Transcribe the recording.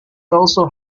also